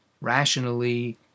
rationally